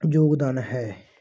ਯੋਗਦਾਨ ਹੈ